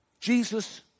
Jesus